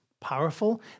powerful